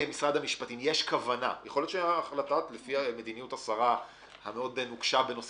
יכול להיות שלפי מדיניות השרה הנוקשה מאוד בנושא